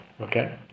okay